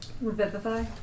Revivify